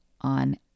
on